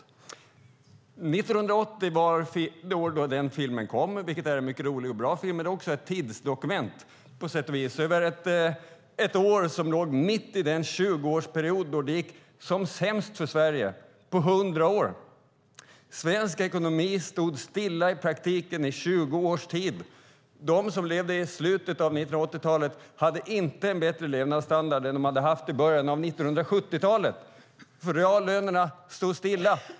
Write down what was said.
År 1980 var alltså året då den här filmen kom - en mycket rolig och bra film men också på sätt och vis ett tidsdokument över ett år mitt i den 20-årsperiod då det på hundra år gick som sämst för Sverige. Svensk ekonomi stod i praktiken stilla i 20 år. De som levde i slutet av 1980-talet hade inte en bättre levnadsstandard än de hade haft i början av 1970-talet, för reallönerna stod stilla.